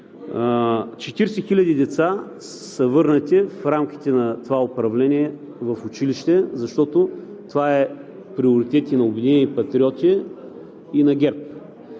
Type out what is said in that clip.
хиляди деца са върнати в рамките на това управление в училище, защото това е приоритет и на „Обединени патриоти“, и на ГЕРБ.